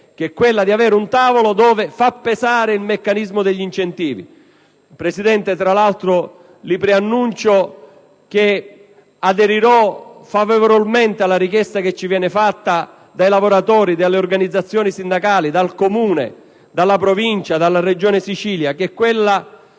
che è quella di avere un tavolo dove far pesare il meccanismo degli incentivi. Tra l'altro, signor Presidente, preannuncio che aderirò alla richiesta che proviene dai lavoratori, dalle organizzazioni sindacali, dal comune, dalla Provincia e dalla Regione Sicilia, che è quella